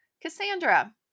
Cassandra